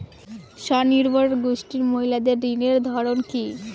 স্বনির্ভর গোষ্ঠীর মহিলাদের ঋণের ধরন কি?